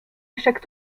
échec